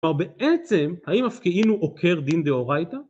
כלומר בעצם האם הפקעינו עוקר דין דאורייתא?